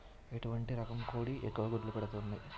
ఎటువంటి రకం కోడి ఎక్కువ గుడ్లు పెడుతోంది?